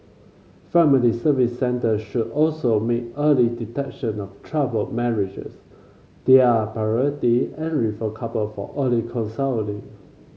Family Service Centres should also make early detection of troubled marriages their priority and refer couple for early counselling